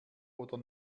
oder